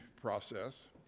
process